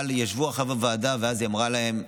אבל ישבו חברי הוועדה, ואז היא אמרה להם: